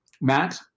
Matt